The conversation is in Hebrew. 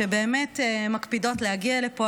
שבאמת מקפידות להגיע לפה.